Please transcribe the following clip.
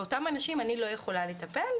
באותם אנשים אני לא יכולה לטפל.